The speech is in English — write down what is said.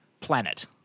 planet